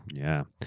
yeah.